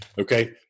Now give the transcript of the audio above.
Okay